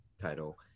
title